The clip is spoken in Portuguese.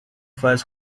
faz